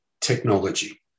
technology